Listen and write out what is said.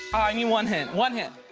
need one hint, one hint.